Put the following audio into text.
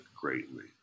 greatly